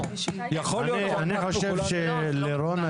אני חושב שלירון,